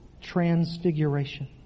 transfiguration